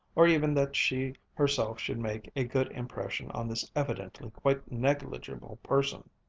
or even that she herself should make a good impression on this evidently quite negligible person.